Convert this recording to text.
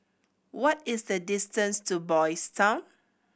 what is the distance to Boys' Town